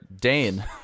Dane—